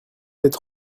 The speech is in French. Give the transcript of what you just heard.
êtes